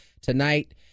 tonight